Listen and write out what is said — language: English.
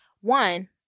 one